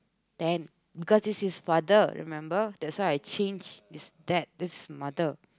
ten because this is father remember that's I change this is the mother